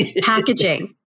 Packaging